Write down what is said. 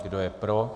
Kdo je pro?